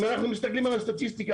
אם אנחנו מסתכלים על הסטטיסטיקה